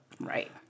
Right